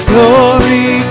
Glory